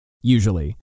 usually